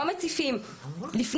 לא מציפים.